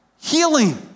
healing